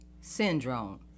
syndrome